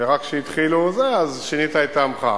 ורק כשהתחילו אז שינית את טעמך.